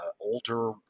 older